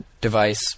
Device